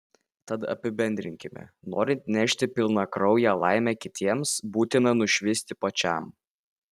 tad apibendrinkime norint nešti pilnakrauję laimę kitiems būtina nušvisti pačiam